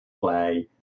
play